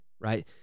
right